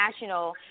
national